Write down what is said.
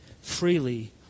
freely